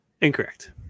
Incorrect